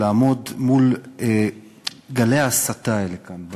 לעמוד מול גלי ההסתה האלה כאן.